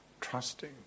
trusting